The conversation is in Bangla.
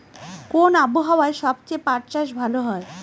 কোন আবহাওয়ায় সবচেয়ে পাট চাষ ভালো হয়?